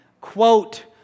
quote